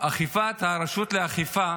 הרשות לאכיפה